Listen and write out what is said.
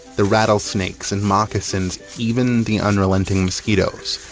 the rattlesnakes and moccasins, even the unrelenting mosquitoes,